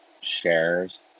shares